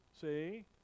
See